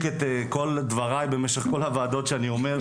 את כל דבריי במשך כל הוועדות שאני אומר,